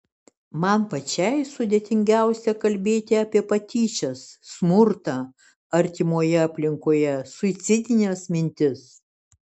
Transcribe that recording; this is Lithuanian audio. man pačiai sudėtingiausia kalbėti apie patyčias smurtą artimoje aplinkoje suicidines mintis